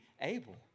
able